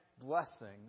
blessings